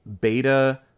beta